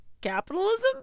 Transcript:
capitalism